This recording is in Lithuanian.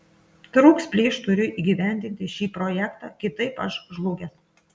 trūks plyš turiu įgyvendinti šį projektą kitaip aš žlugęs